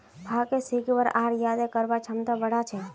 भांग सीखवार आर याद करवार क्षमता बढ़ा छे